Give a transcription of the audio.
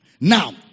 Now